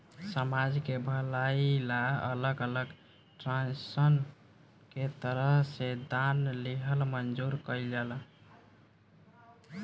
समाज के भलाई ला अलग अलग ट्रस्टसन के तरफ से दान लिहल मंजूर कइल जाला